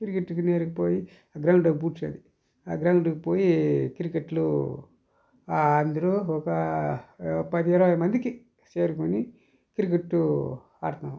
క్రికెట్టుకి నేరుగా పోయి ఆ గ్రౌండ్లో పూడ్చేది ఆ గ్రౌండ్కి పోయి క్రికెట్లో అందరూ ఒక పది ఇరవై మందికి చేరుకొని క్రికెట్టు ఆడతాము